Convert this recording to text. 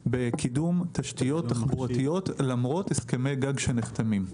בקידום תשתיות תחבורתיות למרות הסכמי גג שנחתמים.